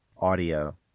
audio